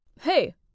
Hey